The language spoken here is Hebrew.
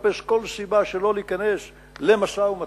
מחפש כל סיבה שלא להיכנס למשא-ומתן,